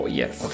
yes